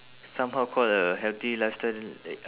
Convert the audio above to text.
somehow called a healthy lifestyle that